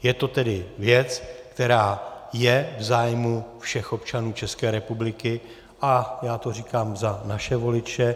Je to tedy věc, která je v zájmu všech občanů České republiky, a já to říkám za naše voliče.